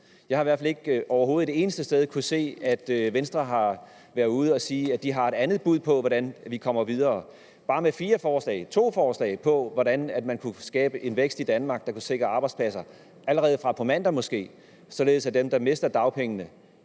Jeg har i hvert fald ikke et eneste sted overhovedet kunnet se, at Venstre har været ude at sige, at de har et andet bud på, hvordan vi kommer videre – det kunne bare være fire forslag eller to forslag til, hvordan man kunne skabe en vækst i Danmark, der kunne sikre arbejdspladser, måske allerede fra på mandag, således at dem, der mister dagpengene,